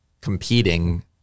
competing